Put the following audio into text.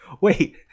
wait